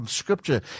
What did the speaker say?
scripture